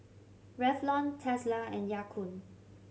Revlon Tesla and Ya Kun